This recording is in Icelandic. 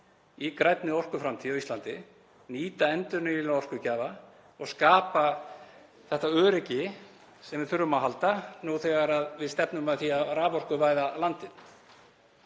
að grænni orkuframtíð á Íslandi, nýta endurnýjanlega orkugjafa og skapa það öryggi sem við þurfum á að halda nú þegar við stefnum að því að raforkuvæða landið